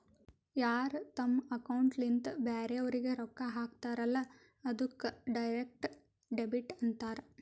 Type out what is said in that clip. ಯಾರ್ ತಮ್ ಅಕೌಂಟ್ಲಿಂತ್ ಬ್ಯಾರೆವ್ರಿಗ್ ರೊಕ್ಕಾ ಹಾಕ್ತಾರಲ್ಲ ಅದ್ದುಕ್ ಡೈರೆಕ್ಟ್ ಡೆಬಿಟ್ ಅಂತಾರ್